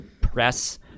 press